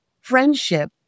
friendship